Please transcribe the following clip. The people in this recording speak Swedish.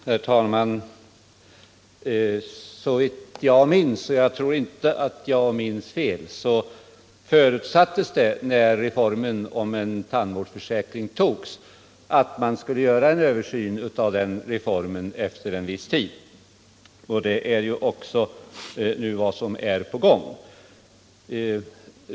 Herr talman! Såvitt jag minns rätt — och jag tror inte att jag minns fel — förutsattes det när reformen om en tandvårdsförsäkring genomfördes att man skulle göra en översyn av reformen efter en viss tid. En sådan översyn är ju också nu på gång.